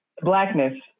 blackness